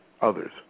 others